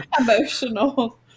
emotional